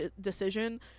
decision